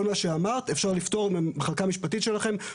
כל מה שאמרת, המחלקה המשפטית שלכם יכולה לפתור.